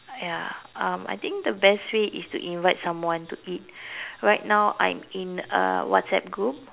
ya um I think the best way is to invite someone to eat right now I'm in a WhatsApp group